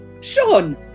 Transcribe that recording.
Sean